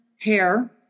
hair